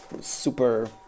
super